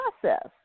process